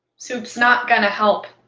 soup's not gonna help.